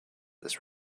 this